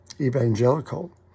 Evangelical